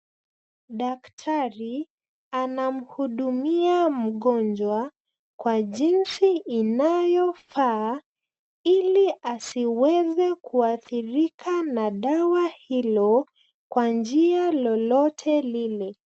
Daktari anamhudumia mgonjwa kwa jinsi inayofaa ili asiweze kuathirika na dawa hilo, kwa njia lolote lile.